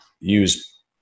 use